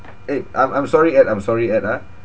eh I'm I'm sorry ed I'm sorry ed ah